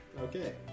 Okay